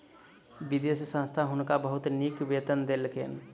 विदेशी संस्था हुनका बहुत नीक वेतन देलकैन